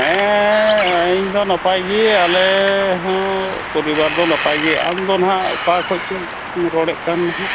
ᱦᱮᱸ ᱤᱧ ᱫᱚ ᱱᱟᱯᱟᱭ ᱜᱮ ᱟᱞᱮ ᱦᱚᱸ ᱯᱚᱨᱤᱵᱟᱨ ᱫᱚ ᱱᱟᱯᱟᱭ ᱜᱮ ᱟᱢ ᱫᱚ ᱱᱟᱦᱟᱜ ᱚᱠᱟ ᱠᱷᱚᱱ ᱪᱚᱢ ᱨᱚᱲᱮᱫ ᱠᱟᱱ ᱫᱚᱦᱟᱜ